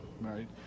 right